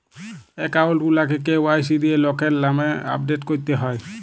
account গুলাকে KYC দিঁয়ে লকের লামে আপডেট ক্যরতে হ্যয়